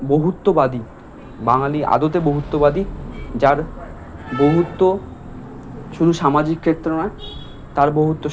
বহুত্ববাদী বাঙালি আদতে বহুত্ববাদী যার বহুত্ব শুধু সামাজিক ক্ষেত্র নয় তার বহুত্ব